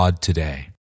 today